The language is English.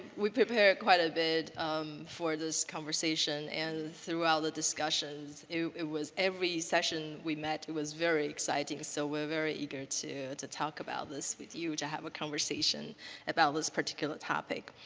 we prepared quite a bit um for this conversation and throughout the discussions it it was every session we met was very exciting. so we're very eager to to talk about this with you, to have a conversation about this particular topic.